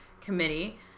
Committee